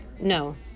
no